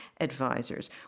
advisors